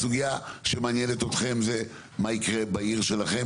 הסוגייה שמעניינת אתכם זה מה יקרה בעיר שלכם,